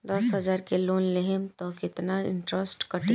दस हजार के लोन लेहम त कितना इनट्रेस कटी?